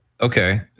Okay